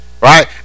right